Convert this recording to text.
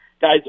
guys